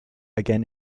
again